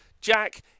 Jack